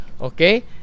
okay